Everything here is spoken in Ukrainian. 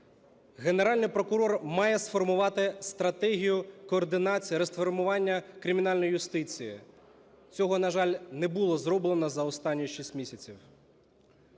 Генеральний прокурор має сформувати стратегію координації реформування кримінально юстиції. Цього, на жаль, не було зроблено за останні 6 місяців.